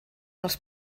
els